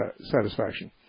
satisfaction